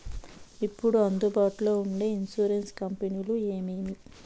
ఇప్పుడు అందుబాటులో ఉండే ఇన్సూరెన్సు కంపెనీలు ఏమేమి?